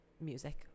music